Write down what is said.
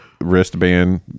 wristband